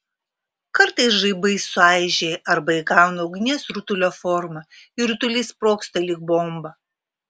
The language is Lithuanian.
kartais žaibai sueižėja arba įgauna ugnies rutulio formą ir rutulys sprogsta lyg bomba